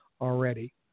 already